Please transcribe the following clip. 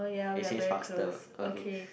it says faster okay